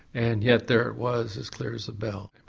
and yet there it was, as clear as a bell.